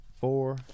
four